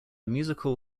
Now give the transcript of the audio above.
musical